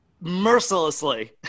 mercilessly